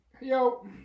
Yo